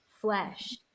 flesh